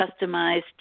customized